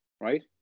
right